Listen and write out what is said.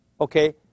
okay